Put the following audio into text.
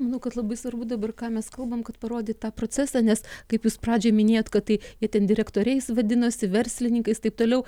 manau kad labai svarbu dabar ką mes kalbam kad parodyt tą procesą nes kaip jūs pradžioj minėjot kad tai itin direktoriais vadinosi verslininkais taip toliau